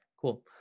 cool